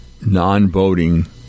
non-voting